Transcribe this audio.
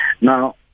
Now